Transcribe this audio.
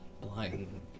Blind